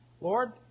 Lord